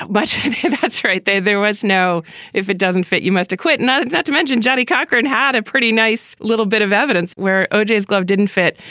but that's right. there was no if it doesn't fit, you must acquit. not not to mention johnnie cochran had a pretty nice little bit of evidence where o j s glove didn't fit.